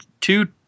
two